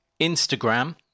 Instagram